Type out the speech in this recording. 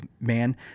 man